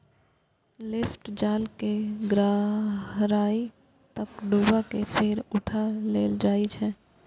lift जाल कें गहराइ तक डुबा कें फेर उठा लेल जाइ छै